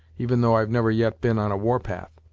even though i've never yet been on a war-path.